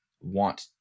want